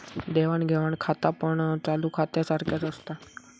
देवाण घेवाण खातापण चालू खात्यासारख्याच असता